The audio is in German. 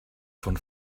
von